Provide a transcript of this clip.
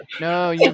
No